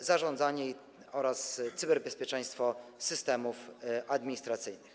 zarządzanie oraz cyberbezpieczeństwo systemów administracyjnych.